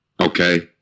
Okay